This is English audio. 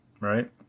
right